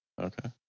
Okay